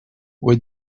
with